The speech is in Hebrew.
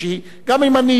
גם אם אני אהיה לבד פה,